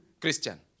Christian